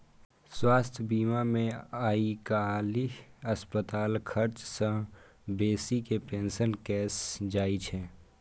स्वास्थ्य बीमा मे आइकाल्हि अस्पतालक खर्च सं बेसी के पेशकश कैल जाइ छै